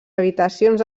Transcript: habitacions